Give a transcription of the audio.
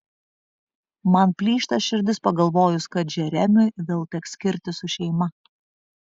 man plyšta širdis pagalvojus kad džeremiui vėl teks skirtis su šeima